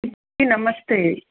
नमस्ते